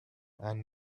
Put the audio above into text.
and